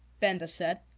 benda said.